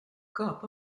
kāp